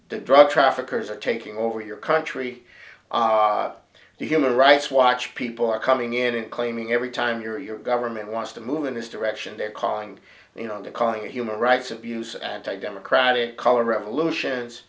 the drug traffickers are taking over your country the human rights watch people are coming in and claiming every time your government wants to move in this direction they're calling you know they're calling it human rights abuse anti democratic color revolutions